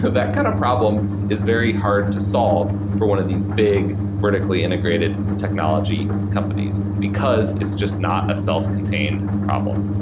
that kind of problem is very hard to solve for one of these big, vertically integrated technology companies, because it's just not a self-contained problem